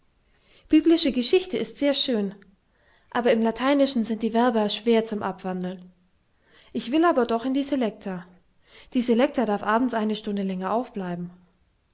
biblische geschichte ist sehr schön aber im lateinischen sind die verba schwer zum abwandeln ich will aber doch in die selekta die selekta darf abends eine stunde länger aufbleiben